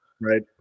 Right